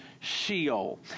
Sheol